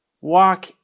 Walk